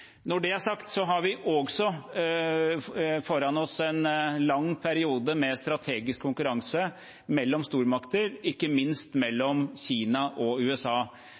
Når det er sagt, har vi også foran oss en lang periode med strategisk konkurranse mellom stormakter, ikke minst mellom Kina og USA.